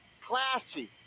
Classy